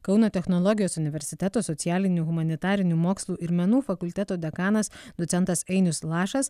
kauno technologijos universiteto socialinių humanitarinių mokslų ir menų fakulteto dekanas docentas ainius lašas